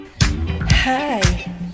Hi